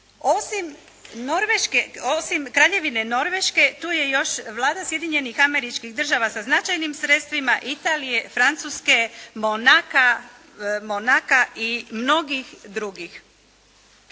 Osim Kraljevine Norveške tu je još Vlada Sjedinjenim Američkih Država sa značajnim sredstvima, Italije, Francuske, Monaca i mnogih drugih.